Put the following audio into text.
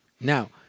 Now